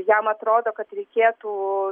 jam atrodo kad reikėtų